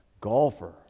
golfer